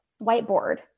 whiteboard